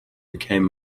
became